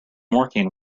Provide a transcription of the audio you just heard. working